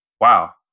wow